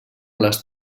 les